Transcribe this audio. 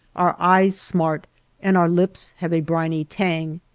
our eyes smart and our lips have a briny tang,